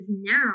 now